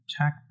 attack